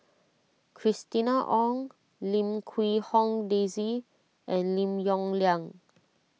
Christina Ong Lim Quee Hong Daisy and Lim Yong Liang